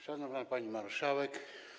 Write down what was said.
Szanowna Pani Marszałek!